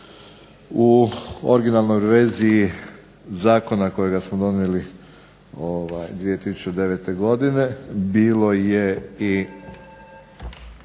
U originalnoj verziji zakona kojega smo donijeli 2009. godine bilo je i